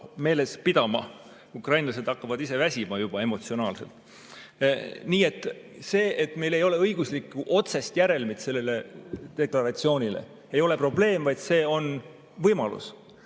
meeles pidama. Ukrainlased hakkavad ise väsima juba emotsionaalselt. Nii et see, et meil ei ole õiguslikku otsest järelmit sellele deklaratsioonile, ei ole probleem, vaid see on võimalus.